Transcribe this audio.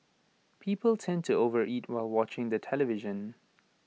people tend to overeat while watching the television